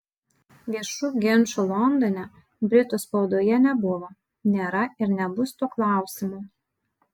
viešų ginčų londone britų spaudoje nebuvo nėra ir nebus tuo klausimu